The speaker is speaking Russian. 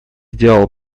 сделал